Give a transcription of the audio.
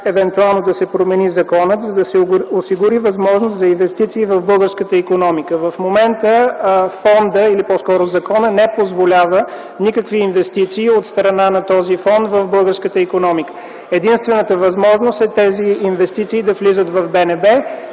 евентуално да се промени законът, за да се осигури възможност за инвестиции в българската икономика. В момента фондът или по-скоро законът не позволява никакви инвестиции от страна на този фонд в българската икономика. Единствената възможност е тези инвестиции да влизат в